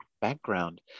background